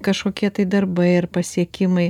kažkokie tai darbai ar pasiekimai